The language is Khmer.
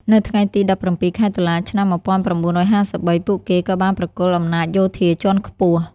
នៅថ្ងៃទី ១៧ ខែតុលា ឆ្នាំ ១៩៥៣ ពួកគេក៏បានប្រគល់អំណាចយោធាជាន់ខ្ពស់។